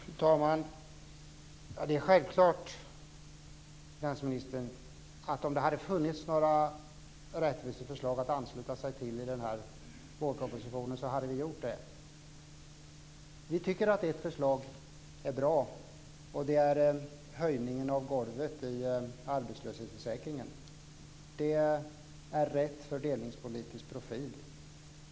Fru talman! Det är självklart, finansministern, att om det hade funnits några rättviseförslag att ansluta sig till i den här vårpropositionen hade vi gjort det. Vi tycker att ett förslag är bra. Det är höjningen av golvet i arbetslöshetsförsäkringen. Det är rätt fördelningspolitisk profil.